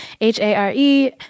H-A-R-E